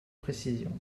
précisions